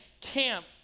camp